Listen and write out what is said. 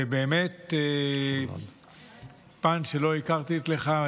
באמת, פן שלא הכרתי אצלך.